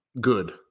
good